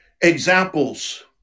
examples